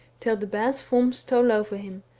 till the bear's form stole over him,